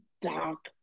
dark